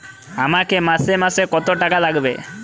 আমাকে মাসে মাসে কত টাকা লাগবে?